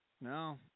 No